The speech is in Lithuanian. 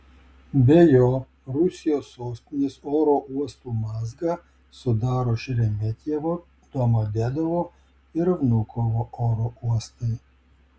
be jo rusijos sostinės oro uostų mazgą sudaro šeremetjevo domodedovo ir vnukovo oro uostai